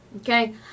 Okay